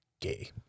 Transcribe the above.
gay